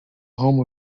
home